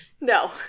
No